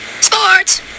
Sports